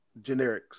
Generics